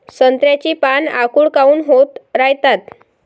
संत्र्याची पान आखूड काऊन होत रायतात?